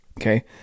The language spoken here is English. Okay